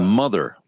mother